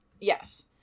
yes